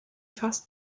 fast